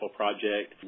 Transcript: project